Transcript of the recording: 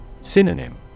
Synonym